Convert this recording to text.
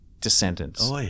descendants